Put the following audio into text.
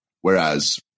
whereas